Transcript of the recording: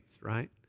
right